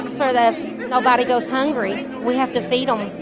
for that nobody goes hungry. we have to feed um